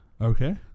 Okay